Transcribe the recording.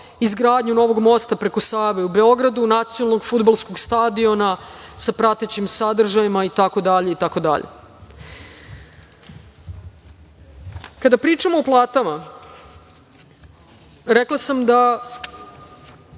Izgradnju novog mosta preko Save u Beogradu, nacionalnog fudbalskog stadiona sa pratećim sadržajima itd. Kada pričamo o platama, rekla sam da